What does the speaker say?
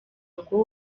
ngo